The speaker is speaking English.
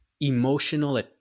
emotional